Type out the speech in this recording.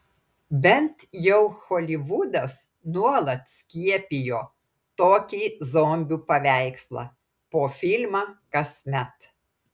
bent jau holivudas nuolat skiepijo tokį zombių paveikslą po filmą kasmet